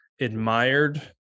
admired